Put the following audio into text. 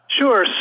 Sure